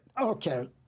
Okay